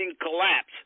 collapse